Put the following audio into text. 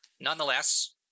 Nonetheless